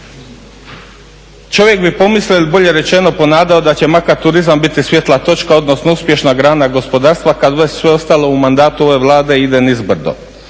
Čovjek bi pomislio ili bolje rečeno ponadao da će makar turizam biti svijetla točka, odnosno uspješna grana gospodarstva kad već sve ostalo u mandatu ove Vlade ide nizbrdo,